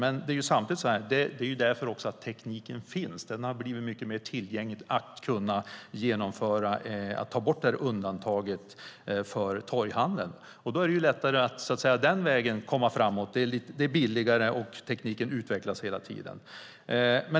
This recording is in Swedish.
Men det är också därför att tekniken finns. Den har blivit mycket mer tillgänglig, så att man kan ta bort det här undantaget för torghandeln. Då är det lättare att komma framåt den vägen. Det är billigare, och tekniken utvecklas hela tiden.